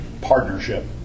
partnership